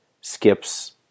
skips